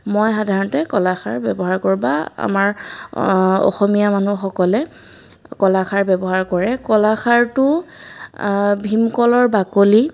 মই সাধাৰণতে কলাখাৰ ব্যৱহাৰ কৰোঁ বা আমাৰ অসমীয়া মানুহসকলে কলাখাৰ ব্যৱহাৰ কৰে কলাখাৰটো ভীমকলৰ বাকলি